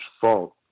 fault